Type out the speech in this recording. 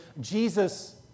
Jesus